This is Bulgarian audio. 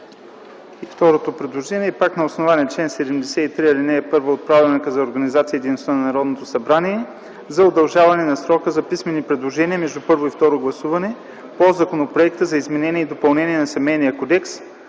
Второто предложение – пак на основание чл. 73, ал. 1 от Правилника за организацията и дейността на Народното събрание за удължаване на срока за писмени предложения между първо и второ гласуване по Законопроекта за изменение и допълнение на Семейния кодекс,